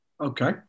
Okay